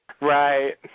Right